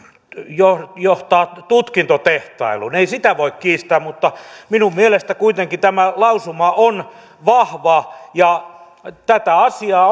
se johtaa tutkintotehtailuun ei sitä voi kiistää mutta minun mielestäni kuitenkin tämä lausuma on vahva ja tätä asiaa